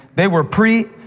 they were pre,